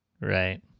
Right